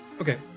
Okay